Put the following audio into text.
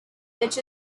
which